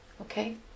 Okay